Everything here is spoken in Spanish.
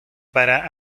para